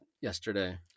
yesterday